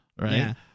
right